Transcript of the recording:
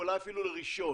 אולי אפילו לראשון.